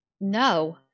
no